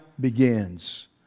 begins